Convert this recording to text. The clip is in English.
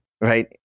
right